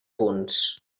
punts